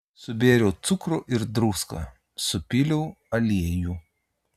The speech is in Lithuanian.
subėriau cukrų ir druską supyliau aliejų